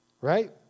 Right